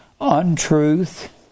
untruth